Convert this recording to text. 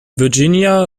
virginia